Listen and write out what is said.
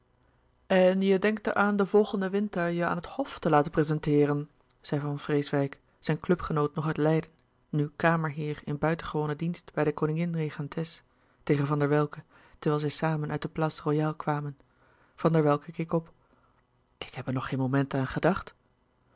en je denkt er aan den volgenden winter je aan het hof te laten prezenteeren zei van vreeswijck zijn clubgenoot nog uit leiden nu kamerheer in buitengewonen dienst bij de louis couperus de boeken der kleine zielen koningin regentes tegen van der welcke terwijl zij samen uit de place royale kwamen van der welcke keek op ik heb er nog geen moment aan gedacht